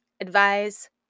advise